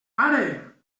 pare